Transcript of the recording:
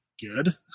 good